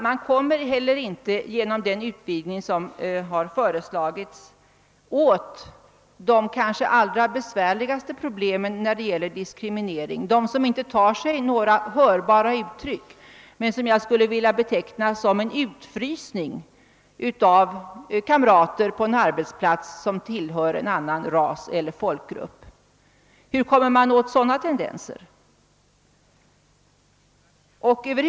Man kommer heller inte genom den utvidgning som har föreslagits åt de kanske allra besvärligaste problemen när det gäller diskriminering, som inte tar sig några hörbara uttryck men som jag skulle vilja beteckna som en utfrysning av kamrater på arbetsplatsen, kamrater som tillhör en annan ras eller folkgrupp. Hur kommer man åt sådan diskriminering? Över.